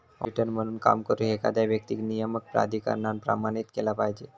auditor म्हणून काम करुक, एखाद्या व्यक्तीक नियामक प्राधिकरणान प्रमाणित केला पाहिजे